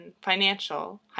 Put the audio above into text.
financial